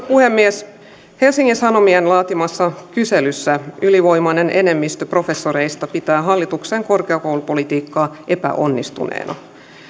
puhemies helsingin sanomien laatimassa kyselyssä ylivoimainen enemmistö professoreista pitää hallituksen korkeakoulupolitiikkaa epäonnistuneena